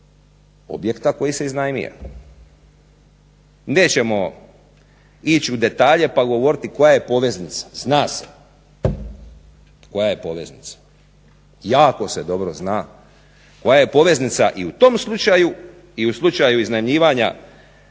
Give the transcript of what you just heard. objekta koji se iznajmia. Nećemo ići u detalje pa govoriti koja je poveznica, zna se koja je poveznica. Jako se dobro zna koja je poveznica i u tom slučaju i u slučaju iznajmljivanja